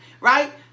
right